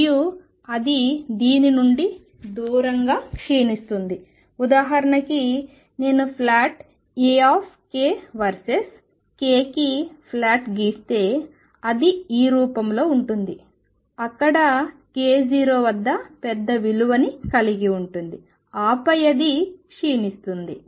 మరియు అది దీని నుండి దూరంగా క్షీణిస్తుంది కాబట్టి ఉదాహరణకు నేను ప్లాట్లు A వర్సెస్ k కి ప్లాట్ గీస్తే అది ఈ రూపంలో ఉంటుంది అక్కడ k0 వద్ద పెద్ద విలువ ని కలిగి ఉంటుంది ఆపై అది క్షీణిస్తుంది